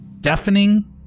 deafening